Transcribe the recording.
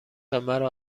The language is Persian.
مرا